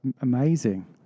amazing